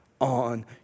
on